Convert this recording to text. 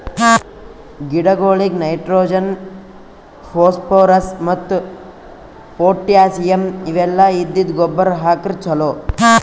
ಗಿಡಗೊಳಿಗ್ nitrogen, phosphorus ಮತ್ತ್ potassium ಇವೆಲ್ಲ ಇದ್ದಿದ್ದ್ ಗೊಬ್ಬರ್ ಹಾಕ್ರ್ ಛಲೋ